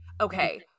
Okay